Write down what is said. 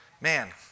Man